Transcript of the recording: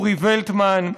אורי וולטמן,